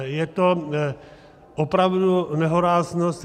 Je to opravdu nehoráznost.